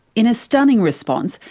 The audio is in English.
in a stunning response,